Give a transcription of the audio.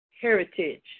heritage